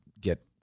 get